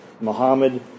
Muhammad